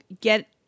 get